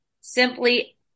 simply